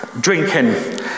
drinking